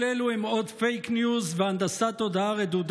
כל אלו הם עוד פייק ניוז והנדסת תודעה רדודה